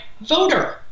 voter